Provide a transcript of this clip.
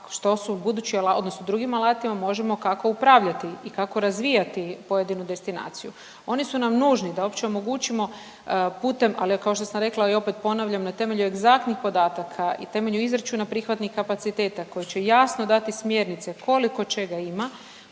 odnosno drugim alatima možemo kako upravljati i kako razvijati pojedinu destinaciju. Oni su nam nužni da uopće omogućimo putem, ali kao što sam rekla i opet ponavljam, na temelju egzaktnih podataka i temelju izračuna prihvatnih kapaciteta koji će jasno dati smjernice koliko čega ima,